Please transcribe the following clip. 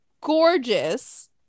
gorgeous